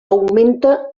augmenta